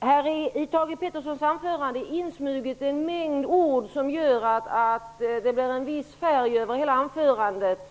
Det har i Thage G Petersons anförande smugit sig in en mängd ord som gör att det blir en viss färg över hela anförandet.